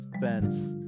fence